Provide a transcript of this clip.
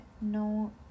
no